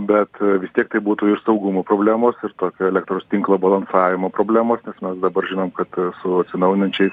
bet vis tiek tai būtų ir saugumo problemos ir tokia elektros tinklo balansavimo problemos nes mes dabar žinom kad su atsinaujinančiais